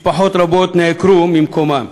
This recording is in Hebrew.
משפחות רבות נעקרו ממקומן,